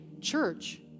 Church